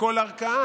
בכל ערכאה,